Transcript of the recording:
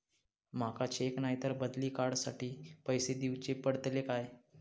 माका चेक नाय तर बदली कार्ड साठी पैसे दीवचे पडतले काय?